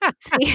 See